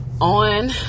on